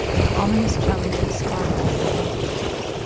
an ominous challenging sparkle in her hazel eyes.